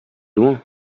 loin